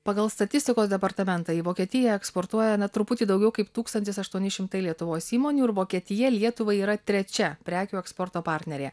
pagal statistikos departamentą į vokietiją eksportuoja na truputį daugiau kaip tūkstantis aštuoni šimtai lietuvos įmonių ir vokietija lietuvai yra trečia prekių eksporto partnerė